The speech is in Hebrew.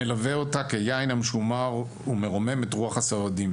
המלווה אותה כיין המשומר ומרומם את רוח הסועדים.